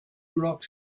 rock